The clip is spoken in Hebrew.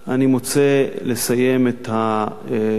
אני מוצא לנכון לסיים את הדברים,